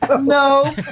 no